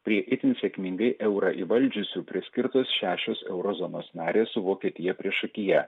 prie itin sėkmingai eurą įvaldžiusių priskirtos šešios euro zonos narės su vokietija priešakyje